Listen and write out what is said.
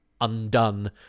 undone